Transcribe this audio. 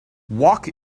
walk